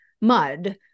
mud